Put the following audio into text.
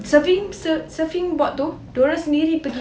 surfing surfing board tu diorang sendiri pergi